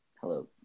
Hello